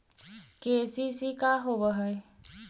KCC का होव हइ?